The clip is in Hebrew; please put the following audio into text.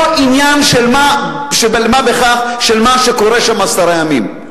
עניין של מה בכך מה שקורה שם עשרה ימים.